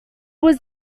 was